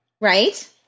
Right